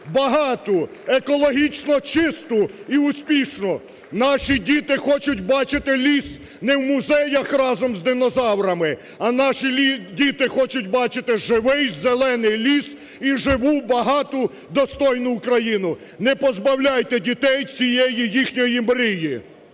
багату, екологічно чисту і успішну. Наші діти хочуть бачити ліс не в музеях разом з динозаврами, а наші діти хочуть бачити живий зелений ліс і живу, багату, достойну Україну! Не позбавляйте дітей цієї їхньої мрії!